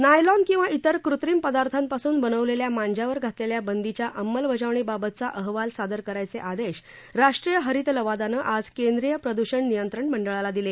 nylon किंवा इतर कृत्रिम पदार्थापासून बनवलेल्या मांज्यावर घातलेल्या बंदीच्या अंमलबजावणीबाबतचा संमती अहवाल सादर करायचे आदेश राष्ट्रीय हरित लवादानं आज केंद्रीय प्रदूषण नियंत्रण मंडळाला दिले